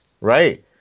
right